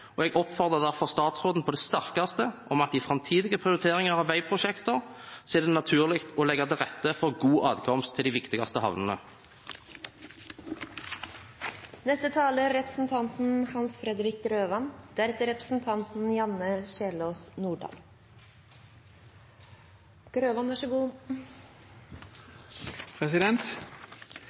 og jeg oppfordrer derfor statsråden på det sterkeste til at han i framtidige prioriteringer av veiprosjekter ser det naturlig å legge til rette for god adkomst til de viktigste